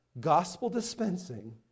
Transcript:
Gospel-dispensing